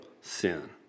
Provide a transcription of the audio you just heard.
sin